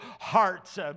hearts